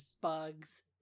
bugs